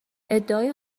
ادعای